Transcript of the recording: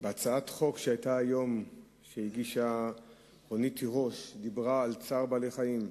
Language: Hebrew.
בהצעת החוק שהגישה היום רונית תירוש היא דיברה על צער בעלי-חיים.